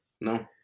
No